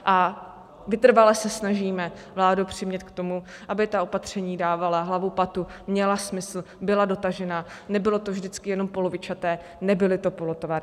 Vytrvale se snažíme vládu přimět k tomu, aby ta opatření dávala hlavu, patu, měla smysl, byla dotažena, nebylo to vždycky jenom polovičaté, nebyly to polotovary.